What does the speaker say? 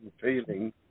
feeling